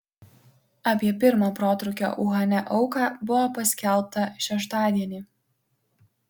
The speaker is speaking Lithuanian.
apie pirmą protrūkio uhane auką buvo paskelbta šeštadienį